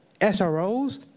SROs